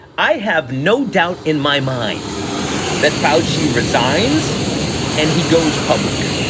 i have no doubt in my mind that foushee resigns and he goes public.